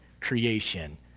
creation